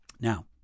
Now